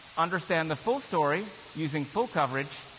understand the full story, using full coverage,